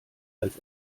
als